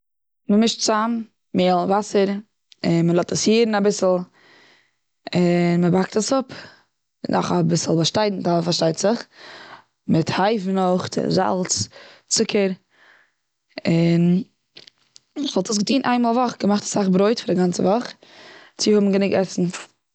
מ'מישט צאם מעהל, וואסער און מ'לאזט עס יערן אביסל, און מ'באקט עס אפ. מיט נאך אביסל באשטאנדטיילן פארשטייט זיך, מיט הייוון אויך, זאלץ, צוקער. און כ'וואלט עס געטון איינמאל א וואך געמאכט אסאך ברויט פאר א גאנצע וואך, צו האבן גענוג עסן.